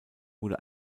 wurde